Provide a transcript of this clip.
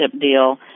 deal